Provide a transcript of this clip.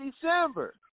December